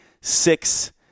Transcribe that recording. six